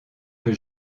que